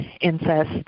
incest